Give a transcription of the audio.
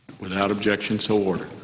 without objection, so ordered.